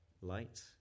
light